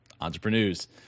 Entrepreneurs